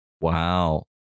Wow